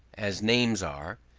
as names are,